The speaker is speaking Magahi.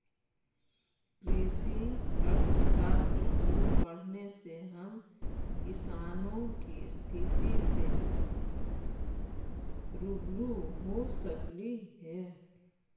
कृषि अर्थशास्त्र को पढ़ने से हम किसानों की स्थिति से रूबरू हो सकली हे